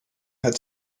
had